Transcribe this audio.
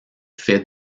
fait